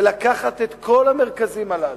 לקחת את כל המרכזים הללו,